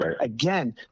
again